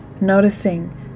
noticing